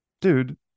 Dude